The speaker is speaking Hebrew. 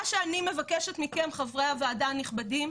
מה שאני מבקשת מכם חברי הוועדה הנכבדים,